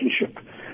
relationship